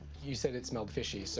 you said it smelled fishy, so